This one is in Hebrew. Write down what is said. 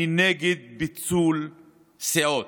אני נגד פיצול סיעות.